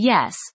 Yes